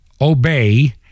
obey